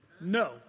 No